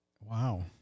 Wow